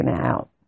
out